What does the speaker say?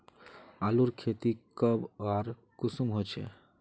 आलूर खेती कब आर कुंसम होचे?